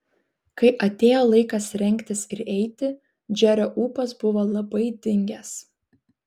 kai atėjo laikas rengtis ir eiti džerio ūpas buvo labai dingęs